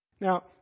Now